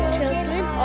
Children